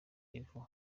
ivu